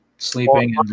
Sleeping